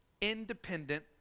independent